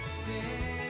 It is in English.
sing